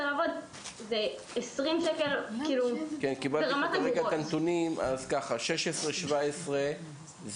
כראוי: שמערכת החינוך לא מספקת אבחונים; שבמערכת בריאות הנפש יש